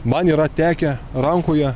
man yra tekę rankoje